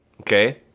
Okay